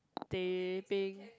teh peng